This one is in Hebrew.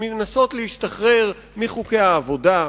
מנסות להשתחרר מחוקי העבודה,